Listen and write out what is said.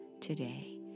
today